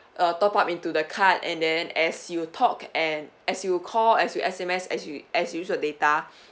top up into the card and then as you talk and as you call as you S_M_S as you as usual data